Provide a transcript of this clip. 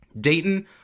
Dayton